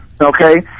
Okay